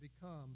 become